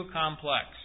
complex